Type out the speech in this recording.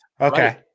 okay